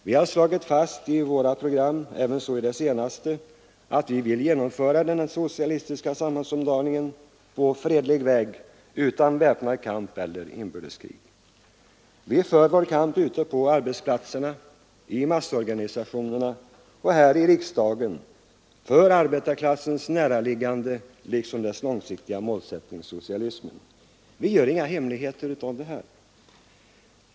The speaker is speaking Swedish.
Vi har slagit fast i våra program, ävenså i det senaste, att vi vill genomföra denna socialistiska samhällsomdaning på fredlig väg, utan väpnad kamp eller inbördeskrig. Vi för vår kamp ute på arbetsplatserna, i massorganisationerna och här i riksdagen — för arbetarklassens näraliggande uppgifter liksom för dess långsiktiga målsättning, socialismen. Vi gör inga hemligheter av detta.